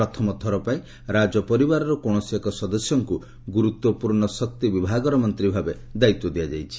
ପ୍ରଥମଥର ପାଇଁ ରାଜପରିବାରର କୌଣସି ଏକ ସଦସ୍ୟଙ୍କୁ ଗୁରୁତ୍ୱପୂର୍ଣ୍ଣ ଶକ୍ତିବିଭାଗର ମନ୍ତ୍ରୀ ଭାବେ ଦାୟିତ୍ୱ ଦିଆଯାଇଛି